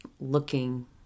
looking